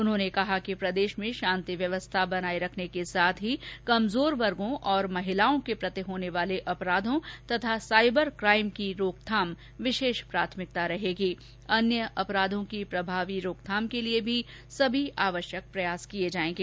उन्होंने कहा कि प्रदेश में शांति व्यवस्था बनाए रखने के साथ ही कमजोर वर्गो और महिलाओं के प्रति होने वाले अपराधों तथा साईबर क्राइम की रोकथाम विशेष प्राथमिकता रहेगी अन्य अपराधों की प्रभावी रोकथाम के लिए भी सभी आवश्यक प्रयास किए जाएंगे